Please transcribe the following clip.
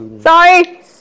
Sorry